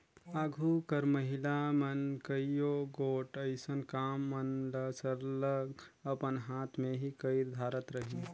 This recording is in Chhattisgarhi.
आघु कर महिला मन कइयो गोट अइसन काम मन ल सरलग अपन हाथ ले ही कइर धारत रहिन